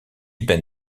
ben